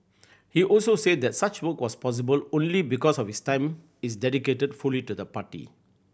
he also said that such work was possible only because of his time is dedicated fully to the party